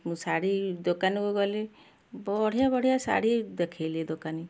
ମୁଁ ଶାଢ଼ୀ ଦୋକାନ କୁ ଗଲି ବଢ଼ିଆ ବଢ଼ିଆ ଶାଢ଼ୀ ଦେଖେଇଲେ ଦୋକାନୀ